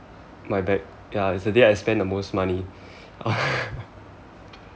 my bag ya it's the day I spent the most money